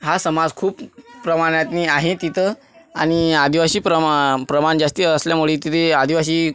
हा समाज खूप प्रमाणात आहे तिथं आणि आदिवासी प्रमा प्रमाण जास्त असल्यामुळे तिथे आदिवासी